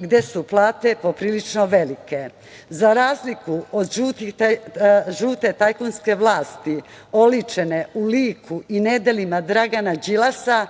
gde su plate poprilično velike.Za razliku od žute tajkunske vlasti oličene u liku i nedelima Dragana Đilasa,